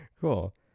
Cool